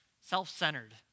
self-centered